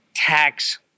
Tax